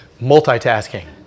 Multitasking